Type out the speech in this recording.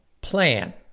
plan